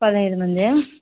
పదిహేను మందా